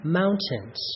mountains